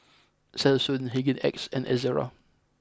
Selsun Hygin X and Ezerra